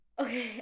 Okay